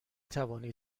توانید